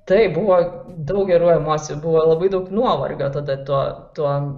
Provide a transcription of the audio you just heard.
taip buvo daug gerų emocijų buvo labai daug nuovargio tada tuo tuo